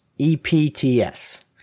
EPTS